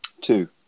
Two